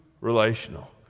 relational